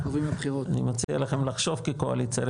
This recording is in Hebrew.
אני מציע לכם לחשוב כקואליציה,